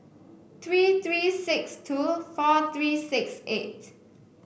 three three six two four three six eight